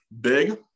big